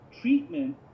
treatment